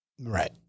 Right